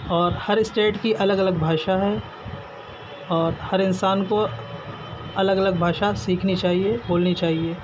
اور ہر اسٹیٹ کی الگ الگ بھاشا ہے اور ہر انسان کو الگ الگ بھاشا سیکھنی چاہیے بولنی چاہیے